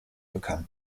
become